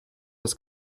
das